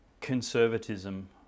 conservatism